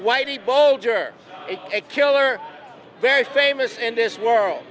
whitey bolger a killer very famous in this world